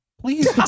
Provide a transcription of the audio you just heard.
please